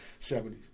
70s